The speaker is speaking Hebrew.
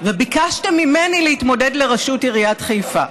וביקשתם ממני להתמודד לרשות עיריית חיפה.